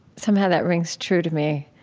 somehow that rings true to me,